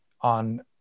on